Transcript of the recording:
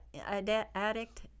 addict